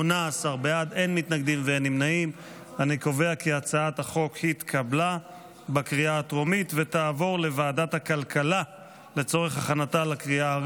לשירות), התשפ"ג 2023, לוועדת הכלכלה נתקבלה.